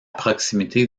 proximité